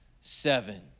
seven